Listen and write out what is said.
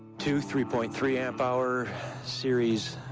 two, three point three amp hour series